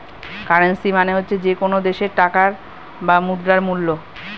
currency মানে হচ্ছে যে কোনো দেশের টাকার বা মুদ্রার মূল্য